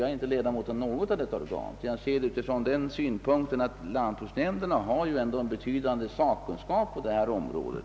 Jag är inte ledamot av något sådant organ, utan jag ser frågan ur den synpunkten att lantbruksnämnden ändå har en betydande sakkunskap på området.